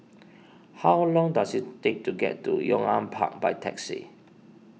how long does it take to get to Yong An Park by taxi